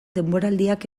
denboraldiak